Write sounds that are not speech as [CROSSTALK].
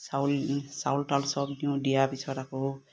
চাউল [UNINTELLIGIBLE] দিয়াৰ পিছত আকৌ